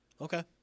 Okay